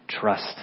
trust